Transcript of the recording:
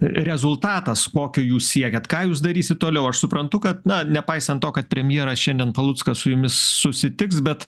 rezultatas kokio jūs siekiat ką jūs darysit toliau aš suprantu kad na nepaisant to kad premjeras šiandien paluckas su jumis susitiks bet